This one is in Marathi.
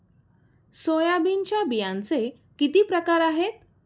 सोयाबीनच्या बियांचे किती प्रकार आहेत?